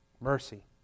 mercy